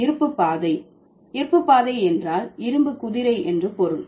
இருப்புப்பாதை இருப்புப்பாதை என்றால் இரும்புகுதிரை என்று பொருள்